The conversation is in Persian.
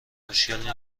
مشکلی